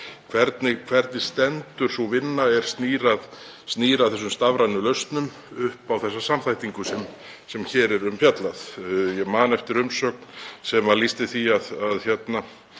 Hvernig stendur sú vinna er snýr að þessum stafrænum lausnum upp á þessa samþættingu sem hér er um fjallað? Ég man eftir umsögn sem lýsti þessu sem